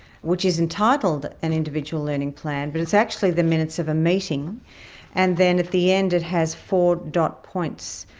which is entitled an individual learning plan, but it's actually the minutes of a meeting. and then at the end, it has four dot points,